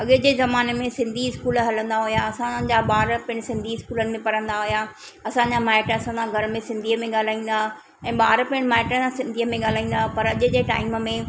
अॻे जे ज़माने में सिंधी इस्कूल हलंदा हुआ असांजा ॿार पहिरीं सिंधी इस्कूलनि में पढ़ंदा हुआ असांजा माइट असांसां घर में सिंधीअ में ॻाल्हाईंदा ऐं ॿार पिणि माइटनि सां सिंधीअ में ॻाल्हाईंदा पर अॼु जे टाइम में